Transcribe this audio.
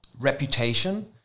reputation